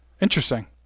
Interesting